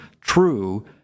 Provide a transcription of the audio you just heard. true